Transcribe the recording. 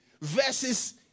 Versus